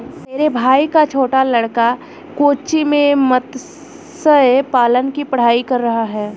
मेरे भाई का छोटा लड़का कोच्चि में मत्स्य पालन की पढ़ाई कर रहा है